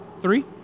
three